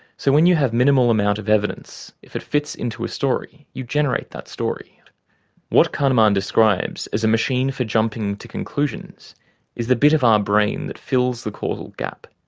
so, when you have minimal amount of evidence, if it fits into a story, you generate that story what kahneman describes as a machine for jumping to conclusions is the bit of our um brain that fills the causal gap.